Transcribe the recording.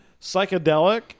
psychedelic